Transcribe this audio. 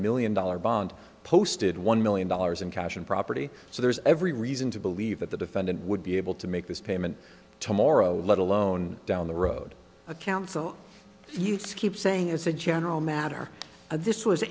million dollars bond posted one million dollars in cash and property so there's every reason to believe that the defendant would be able to make this payment to morrow let alone down the road a counsel you keep saying as a general matter this was an